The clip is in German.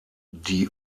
die